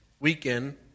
weekend